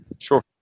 sure